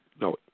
no